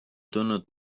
tulnud